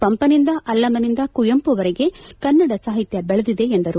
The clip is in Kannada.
ಪಂಪನಿಂದ ಅಲ್ಲಮನಿಂದ ಕುವೆಂಪುವರೆಗೆ ಕನ್ನಡ ಸಾಹಿತ್ಯ ಬೆಳೆದಿದೆ ಎಂದರು